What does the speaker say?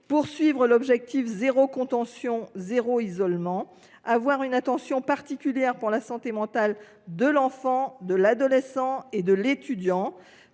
à atteindre l’objectif « zéro contention, zéro isolement »; d’avoir une attention particulière pour la santé mentale de l’enfant, de l’adolescent et de l’étudiant